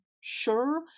sure